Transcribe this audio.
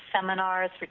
seminars